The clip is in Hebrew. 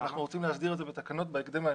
אנחנו רוצים להסדיר את זה בתקנות בהקדם האפשרי,